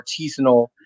artisanal